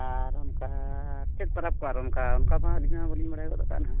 ᱟᱨ ᱚᱱᱠᱟᱻ ᱪᱮᱫ ᱯᱟᱨᱟᱵᱽᱠᱚ ᱟᱨ ᱚᱱᱠᱟ ᱚᱱᱠᱟ ᱢᱟ ᱟᱹᱞᱤᱧ ᱢᱟ ᱵᱟᱞᱤᱧ ᱵᱟᱲᱟᱭᱜᱚᱫ ᱟᱠᱟᱫ ᱱᱟᱦᱟᱜ